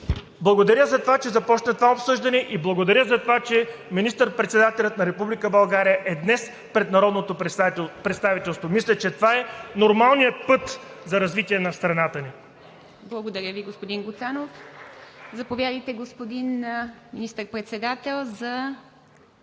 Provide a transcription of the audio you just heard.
Благодаря за това, че започна това обсъждане, и благодаря, че министър-председателят на Република България е днес пред народното представителство. Мисля, че това е нормалният път за развитие на страната ни. ПРЕДСЕДАТЕЛ ИВА МИТЕВА: Благодаря Ви, господин Гуцанов. Заповядайте, господин Министър-председател, за